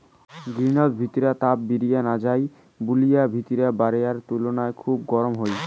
green হাউসর ভিতিরা তাপ বিরিয়া না যাই বুলি ভিতিরা বায়রার তুলুনায় খুব গরম হই